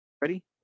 ready